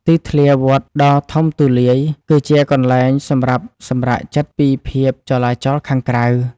ទីធ្លាវត្តដ៏ធំទូលាយ គឺជាកន្លែងសម្រាប់សម្រាកចិត្តពីភាពចលាចលខាងក្រៅ។